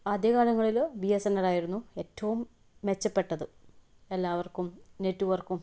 ആദ്യ കാലങ്ങളിൽ ബിയെസെന്നലായിരുന്നു ഏറ്റവും മെച്ചപ്പെട്ടത് എല്ലാവർക്കും നെറ്റ്വർക്കും